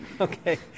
Okay